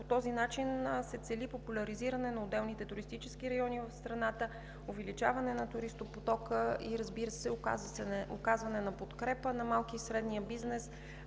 По този начин се цели популяризиране на отделните туристически райони в страната, увеличаване на туристопотока и, разбира се, оказване на подкрепа на малкия и средния бизнес